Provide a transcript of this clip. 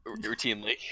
Routinely